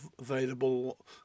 available